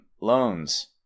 loans